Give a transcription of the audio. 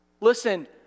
listen